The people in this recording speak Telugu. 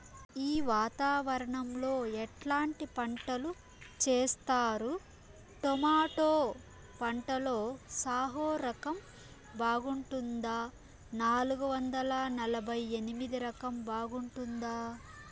ఈ వాతావరణం లో ఎట్లాంటి పంటలు చేస్తారు? టొమాటో పంటలో సాహో రకం బాగుంటుందా నాలుగు వందల నలభై ఎనిమిది రకం బాగుంటుందా?